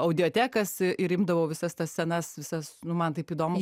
audiotekas ir imdavau visas tas senas visas nu man taip įdomu